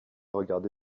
regardé